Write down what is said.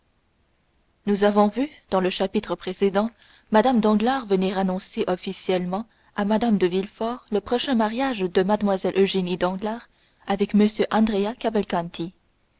nous avons vu dans le chapitre précédent mme danglars venir annoncer officiellement à mme de villefort le prochain mariage de mlle eugénie danglars avec m andrea